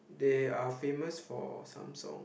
they are famous for Samsung